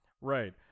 Right